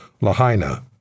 Lahaina